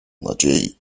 nadziei